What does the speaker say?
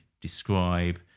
describe